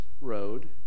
road